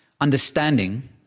understanding